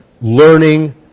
learning